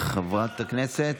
חברת הכנסת